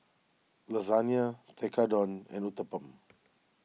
Lasagna Tekkadon and Uthapam